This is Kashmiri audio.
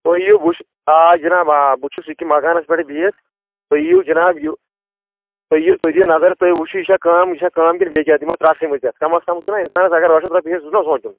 آ جناب آ بہٕ چھُس ییٚکیٛاہ مکانَس پٮ۪ٹھٕ بِہِتھ تُہۍ یِیِو جناب تُہۍ یِیِو تُہۍ دِیِو نظر تُہۍ وٕچھُو یہِ چھا کٲم یہِ چھا کٲم کِنہٕ بیٚیہِ کیٚنٛہہ تِمو ترٛٹھ ژھٕنمٕژ یَتھ کمَس کم چھُنا اِنسانَس اگر ٲٹھ شَتھ رۄپیہِ ہےٚ سُہ چُھنا سونٛچُن